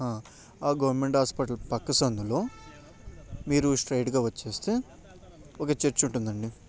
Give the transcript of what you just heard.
ఆ government hospital పక్క సందులో మీరు స్ట్రెయిట్గా వచ్చేస్తే ఒక చర్చ్ ఉంటుందండి